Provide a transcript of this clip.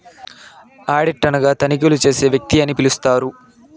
audit అనగా తనిఖీలు చేసే వ్యక్తి అని పిలుత్తారు